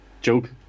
joke